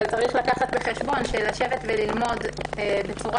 אבל צריך לקחת בחשבון שלשבת וללמוד בצורה